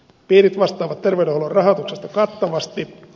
piirit vastaavat terveydenhuollon rahoituksesta kattavasti